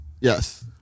Yes